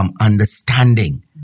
Understanding